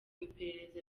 iperereza